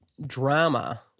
drama